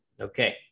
Okay